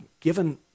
given